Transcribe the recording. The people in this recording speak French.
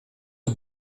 aux